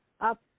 up